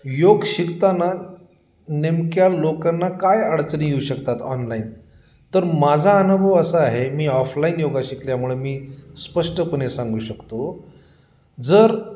योग शिकताना नेमक्या लोकांना काय अडचणी येऊ शकतात ऑनलाईन तर माझा अनुभव असा आहे मी ऑफलाईन योगा शिकल्यामुळे मी स्पष्टपणे सांगू शकतो जर